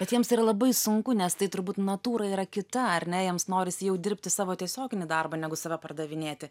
bet jiems tai yra labai sunku nes tai turbūt natūra yra kita ar ne jiems norisi jau dirbti savo tiesioginį darbą negu save pardavinėti